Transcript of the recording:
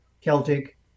Celtic